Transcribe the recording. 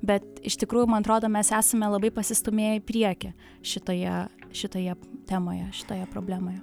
bet iš tikrųjų man atrodo mes esame labai pasistūmėję į priekį šitoje šitoje temoje šitoje problemoje